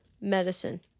medicine